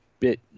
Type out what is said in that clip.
bit